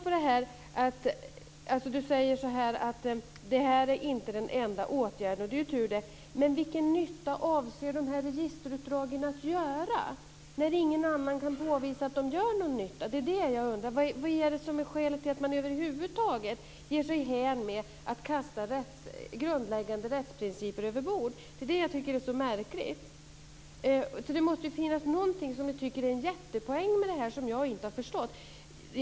Torgny Danielsson säger att det här inte är den enda åtgärden, och det är ju tur det. Men vilken nytta avser de här registerutdragen att göra? Ingen annan kan påvisa att de gör någon nytta. Det är det jag undrar. Vad är skälet till att man över huvud taget ger sig hän åt att kasta grundläggande rättsprinciper överbord? Det är det jag tycker är så märkligt. Det måste ju finnas någonting som ni tycker är en jättepoäng med det här som jag inte har förstått.